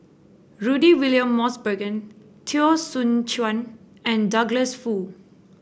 Rudy William Mosbergen Teo Soon Chuan and Douglas Foo